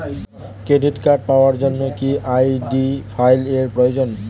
Credit card পাওয়ার জন্য কি আই.ডি ফাইল এর প্রয়োজন?